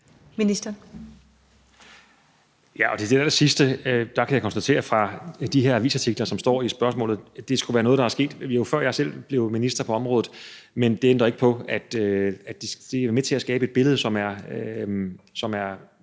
Til det allersidste vil jeg sige: Jeg kan konstatere fra de her avisartikler, som er nævnt i spørgsmålet, at det skulle være noget, der er sket, før jeg selv blev minister på området. Men det ændrer ikke på, at det er med til at skabe et billede, som ikke